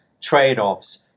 trade-offs